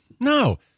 No